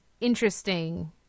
interesting